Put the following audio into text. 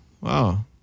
wow